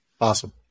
Awesome